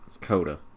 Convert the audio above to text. coda